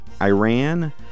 Iran